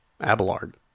Abelard